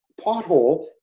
Pothole